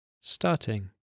starting